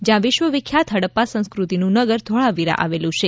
જયાં વિશ્વવિખ્યાત હડપ્પા સંસ્કૃતિનું નગર ધોળાવીરા આવેલુ છે